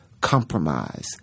compromise